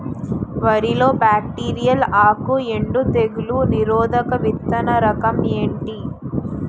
వరి లో బ్యాక్టీరియల్ ఆకు ఎండు తెగులు నిరోధక విత్తన రకం ఏంటి?